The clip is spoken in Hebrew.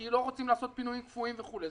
כי לא רוצים לעשות פינויים כפויים וכולי.